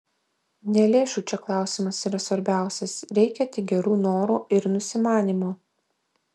ne lėšų čia klausimas yra svarbiausias reikia tik gerų norų ir nusimanymo